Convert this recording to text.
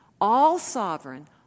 all-sovereign